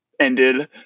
ended